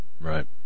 Right